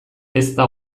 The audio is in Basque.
ezta